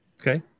Okay